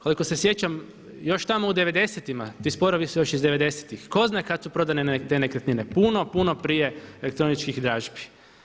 Koliko se sjećam, još tamo u '90.-tima, ti sporovi su još iz '90.-tih, tko zna kada su prodane te nekretnine, puno, puno prije elektroničkih dražbi.